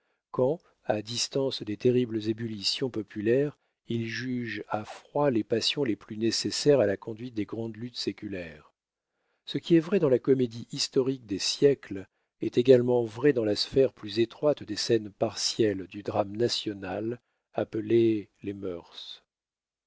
quand à distance des terribles ébullitions populaires ils jugent à froid les passions les plus nécessaires à la conduite des grandes luttes séculaires ce qui est vrai dans la comédie historique des siècles est également vrai dans la sphère plus étroite des scènes partielles du drame national appelé les